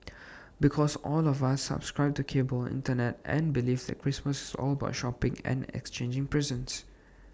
because all of us subscribe to cable Internet and belief that Christmas is all about shopping and exchanging presents